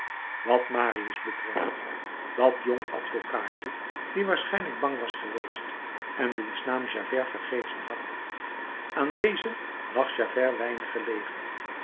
wat marius betreft dat jong advocaatje die waarschijnlijk bang was geweest en wiens naam javert vergeten had aan dezen lag javert weinig gelegen